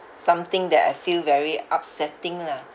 something that I feel very upsetting lah